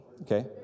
Okay